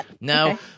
No